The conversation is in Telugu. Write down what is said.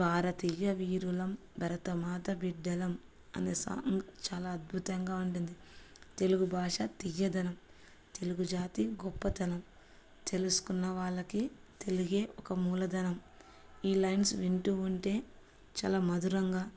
భారతీయ వీరులం భరతమాత బిడ్డలం అనే సాంగ్ చాలా అద్భుతంగా ఉంటుంది తెలుగు భాష తీయధనం తెలుగు జాతి గొప్పతనం తెలుసుకున్న వాళ్ళకి తెలుగే ఒక మూలధనం ఈ లైన్స్ వింటూ ఉంటే చాలా మధురంగా